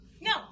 No